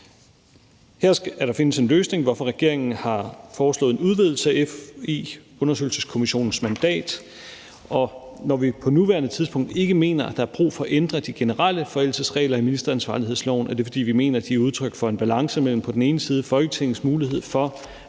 skulle der findes en løsning, hvorfor regeringen har foreslået en udvidelse af FE-undersøgelseskommissionens mandat. Når vi på nuværende tidspunkt ikke mener, at der er brug for at ændre de generelle forældelsesregler i ministeransvarlighedsloven, er det, fordi vi mener, at de er udtryk for en balance mellem på den ene side Folketingets mulighed for